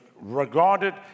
regarded